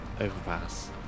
overpass